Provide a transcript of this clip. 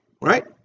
right